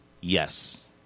Yes